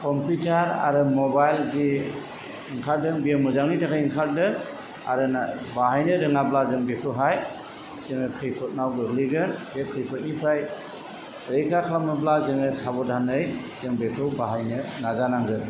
computer आरो mobile जि ओंखारदों बे मोजांनि थाखाय ओंखारदों आरो ना बाहायनो रोङाब्ला जों बेखौहाय जोङो खैफोदआव गोग्लैगोन बे खैफोदनिफ्राय रैखा खालामनोब्ला जोङो साबदानै जों बेखौ बाहायनो नाजानांगोन